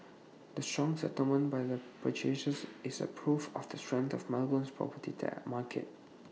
the strong settlements by the purchasers is proof of the strength of Melbourne's property market